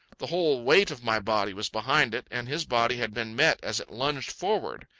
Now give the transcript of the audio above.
the whole weight of my body was behind it, and his body had been met as it lunged forward.